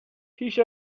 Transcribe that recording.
پیش